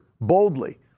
boldly